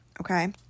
okay